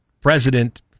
president